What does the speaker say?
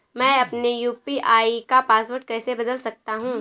मैं अपने यू.पी.आई का पासवर्ड कैसे बदल सकता हूँ?